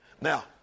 Now